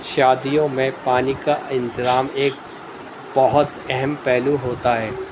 شادیوں میں پانی کا انتظام ایک بہت اہم پہلو ہوتا ہے